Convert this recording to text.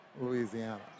Louisiana